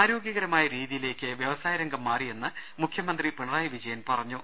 ആരോഗ്യകരമായ രീതിയിലേക്ക് വ്യവസായ രംഗം മാറിയെന്ന് മുഖ്യമന്ത്രി പിണറായി വിജയൻ പറഞ്ഞു